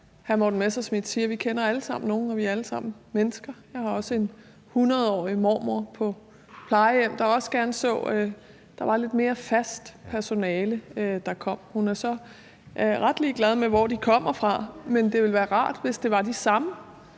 hr. Morten Messerschmidt siger: Vi kender alle sammen nogle, og vi er alle sammen mennesker. Jeg har også en 100-årig mormor på plejehjem, der også gerne så, at der var lidt mere fast personale, der kom. Hun er så ret ligeglad med, hvor de kommer fra, men det ville være rart, hvis det var de samme,